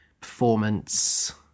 performance